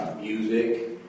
Music